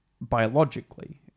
biologically